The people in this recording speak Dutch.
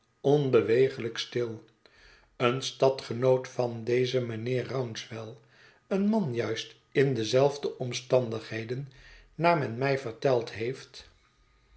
onbeweeglijk stil een stadgenoot van dezen mijnheer rouncewell een man juist in dezelfde omstandigheden naar men mij verteld heeft